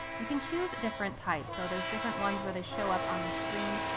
you can choose different types. so there's different ones where they show up on the screen.